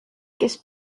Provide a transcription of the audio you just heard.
kes